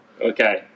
Okay